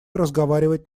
разговаривать